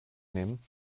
nehmen